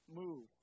move